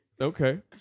Okay